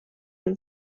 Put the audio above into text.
man